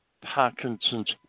Parkinson's